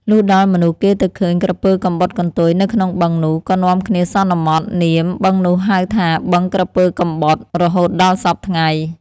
លុះដល់មនុស្សគេទៅឃើញក្រពើកំបុតកន្ទុយនៅក្នុងបឹងនោះ ក៏នាំគ្នាសន្មតនាមបឹងនោះហៅថា “បឹងក្រពើកំបុតៗ” រហូតដល់សព្វថ្ងៃ ។